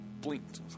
blinked